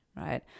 right